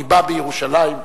ניבא בירושלים.